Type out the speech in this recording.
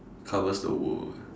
covers the world